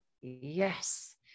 Yes